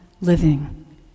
living